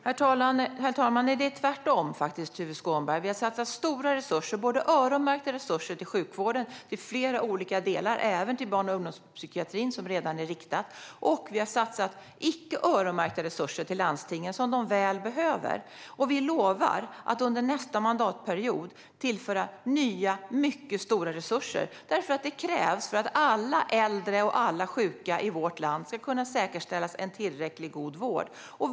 Herr talman! Det är faktiskt tvärtom, Tuve Skånberg. Vi har satsat stora resurser, både öronmärkta resurser till flera olika delar av sjukvården - även barn och ungdomspsykiatrin som redan fått riktade resurser - och icke öronmärkta resurser till landstingen, som de väl behöver. Vi lovar att under nästa mandatperiod tillföra nya, mycket stora resurser. Detta krävs för att alla äldre och sjuka i vårt land ska kunna säkerställas en tillräckligt god vård.